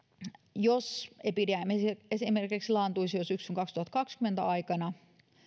jos epidemia esimerkiksi laantuisi jo syksyn kaksituhattakaksikymmentä aikana